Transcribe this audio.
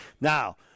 Now